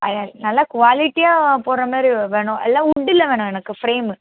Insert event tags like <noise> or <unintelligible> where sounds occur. <unintelligible> நல்ல க்வாலிட்டியாக போட்றமாதிரி வேணும் இல்லை உட்டில் வேணும் எனக்கு ஃப்ரேமு